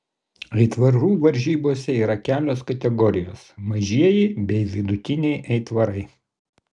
aitvarų varžybose yra kelios kategorijos mažieji bei vidutiniai aitvarai